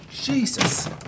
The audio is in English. Jesus